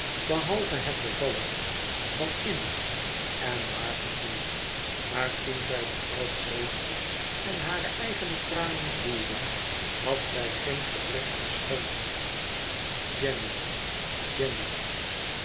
behalve het bevallige van innig en waar gevoel maar toen zij de vrouw troostte en hare eigene tranen vloeiden had zij geen gebrek aan schoonheid jenny jenny